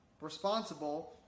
responsible